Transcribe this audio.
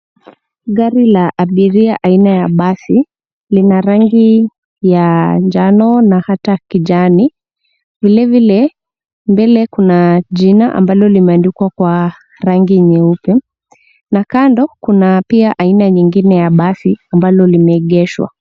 Gari la abiria aina ya basi. Lina rangi ya njano na hata kijani. Vile vile, mbele kuna jina ambalo limeandikwa kwa rangi nyeupe, na kando kuna pia aina nyingine ya basi, ambalo limeegeshwa.